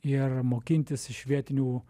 ir mokintis iš vietinių